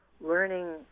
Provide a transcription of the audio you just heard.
learning